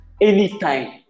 anytime